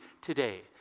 today